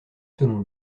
selon